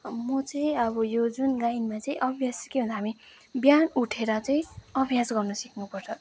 म चाहिँ अब यो जुन लाइनमा चाहिँ अभ्यास के भन्दा हामी बिहान उठेर चाहिँ अभ्यास गर्नु सिक्नुपर्छ